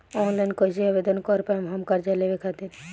Online कइसे आवेदन कर पाएम हम कर्जा लेवे खातिर?